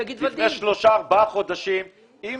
ישבתי לפני שלושה-ארבעה חודשים עם